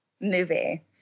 movie